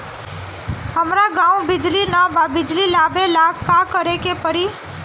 हमरा गॉव बिजली न बा बिजली लाबे ला का करे के पड़ी?